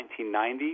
1990